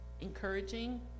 encouraging